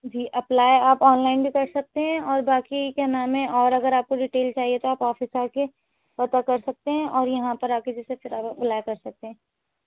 جی apply آپ online بھی کر سکتے ہیں اور باقی کیا نام ہے اور اگر آپ کو ڈیٹیل چاہیے تو آپ آفس آ کے پتا کر سکتے ہیں اور یہاں پر آ کے یسے پھر آپ اپلائی کر سکتے ہیں